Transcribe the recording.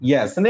Yes